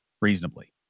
reasonably